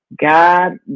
God